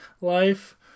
life